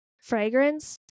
fragrance